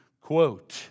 quote